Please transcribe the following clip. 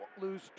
lose